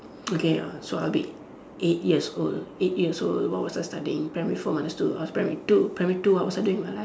okay so I'll be eight years old eight years old what was I studying primary four minus two I was primary two primary two what was I doing with my life